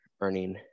earning